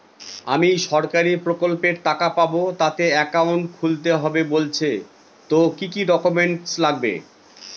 আমি সরকারি প্রকল্পের টাকা পাবো তাতে একাউন্ট খুলতে হবে বলছে তো কি কী ডকুমেন্ট লাগবে?